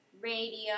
radio